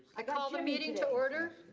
i call the meeting to order.